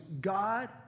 God